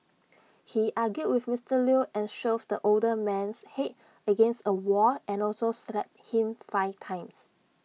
he argued with Mister Lew and shoved the older man's Head against A wall and also slapped him five times